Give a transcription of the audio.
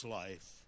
life